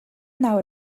nawr